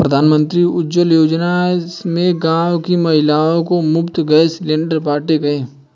प्रधानमंत्री उज्जवला योजना में गांव की महिलाओं को मुफ्त गैस सिलेंडर बांटे गए